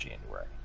January